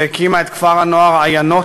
הקימה את כפר-הנוער עיינות,